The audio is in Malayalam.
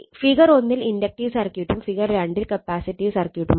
ഫിഗർ 1 ൽ ഇൻഡക്ടീവ് സർക്യൂട്ടും ഫിഗർ 2 ൽ കപ്പാസിറ്റീവ് സർക്യൂട്ടുമാണ്